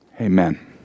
amen